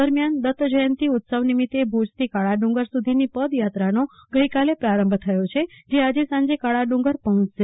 દરમિયાન દત્ત જયંતિ નિમિત્તે ભુજમાં કાળા ડુંગર સુધીની પદયાત્રાનો ગઈકાલે પ્રારંભ થયો છે જે આજે સાંજે કાળા ડુંગર પહોંચશે